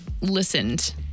listened